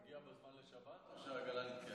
הוא הגיע בזמן לשבת או שהעגלה נתקעה?